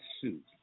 suit